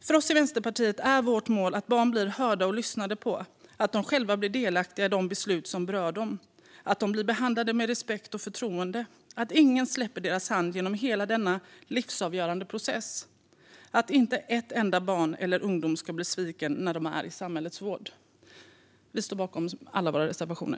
För oss i Vänsterpartiet är vårt mål att barn blir hörda och lyssnade på och att de själva blir delaktiga i de beslut som berör dem, att de blir behandlade med respekt och förtroende, att ingen släpper deras hand genom hela denna livsavgörande process och att inte ett enda barn eller en enda ungdom ska svikas när de är i samhällets vård. Vi står bakom alla våra reservationer.